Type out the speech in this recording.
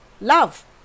love